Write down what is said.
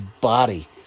body